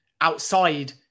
outside